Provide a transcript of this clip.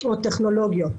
או טכנולוגיות,